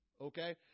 Okay